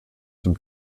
zum